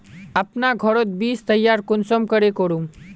अपना घोरोत बीज तैयार कुंसम करे करूम?